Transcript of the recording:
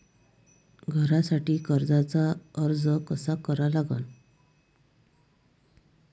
घरासाठी कर्जाचा अर्ज कसा करा लागन?